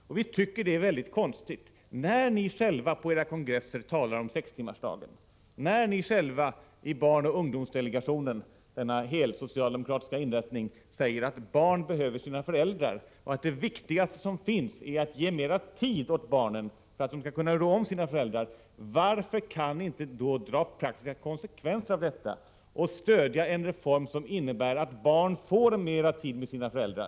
Det tycker vi är väldigt konstigt när ni själva, på era kongresser, talar om sextimmarsdagen, när ni själva, i barnoch ungdomsdelegationen — denna helsocialdemokratiska inrättning — säger att barn behöver sina föräldrar och att det viktigaste som finns är att ge mera tid åt barnen så att de kan rå om sina föräldrar. Varför kan ni då inte dra praktiska konsekvenser av detta och stödja en reform, som innebär att barn får mera tid med sina föräldrar?